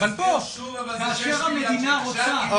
כשהמדינה רוצה לפתור את הביטחון --- על קופסת קורונה.